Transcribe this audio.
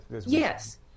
Yes